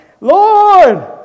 Lord